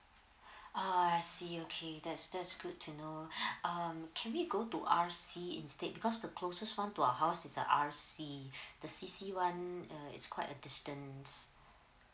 uh I see okay that's that's good to know um can we go to R_C instead because the closest one to our house is a R_C the C_C one uh is quite a distance